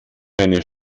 eine